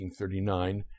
1939